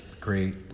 great